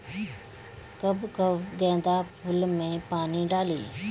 कब कब गेंदा फुल में पानी डाली?